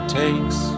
takes